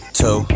two